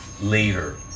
later